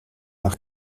nach